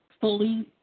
fully